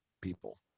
people